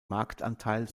marktanteil